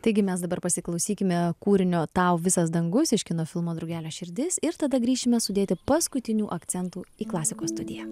taigi mes dabar pasiklausykime kūrinio tau visas dangus iš kino filmo drugelio širdis ir tada grįšime sudėti paskutinių akcentų į klasikos studiją